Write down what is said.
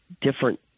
different